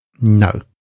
No